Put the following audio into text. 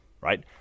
right